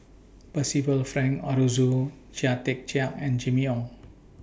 Percival Frank Aroozoo Chia Tee Chiak and Jimmy Ong